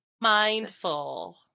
mindful